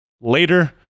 later